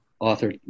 author